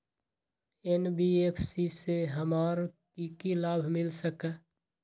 NBFC से हमार की की लाभ मिल सक?